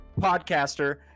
podcaster